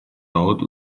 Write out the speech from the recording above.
laut